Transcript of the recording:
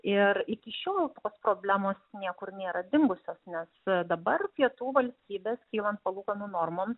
ir iki šiol tos problemos niekur nėra dingusios nes dabar pietų valstybės kylant palūkanų normom